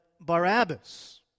Barabbas